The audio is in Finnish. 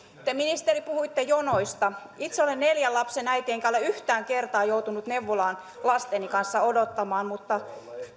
te ministeri puhuitte jonoista itse olen neljän lapsen äiti enkä ole yhtään kertaa joutunut neuvolaan pääsyä lasteni kanssa odottamaan mutta